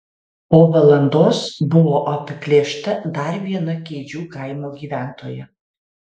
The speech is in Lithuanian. po valandos buvo apiplėšta dar viena keidžių kaimo gyventoja